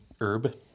herb